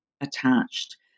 attached